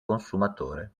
consumatore